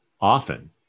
often